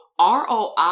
ROI